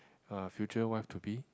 uh future wife to be